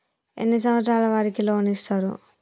ఎన్ని సంవత్సరాల వారికి లోన్ ఇస్తరు?